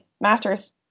master's